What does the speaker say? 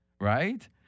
right